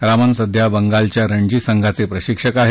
रामन सध्या बंगालच्या रणजी संघाचे प्रशिक्षक आहेत